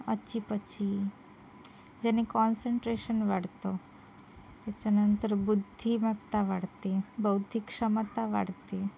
अचीपची ज्याने कॉन्सन्ट्रेशन वाढतं त्याच्यानंतर बुद्धिमत्ता वाढते बौद्धिक क्षमता वाढते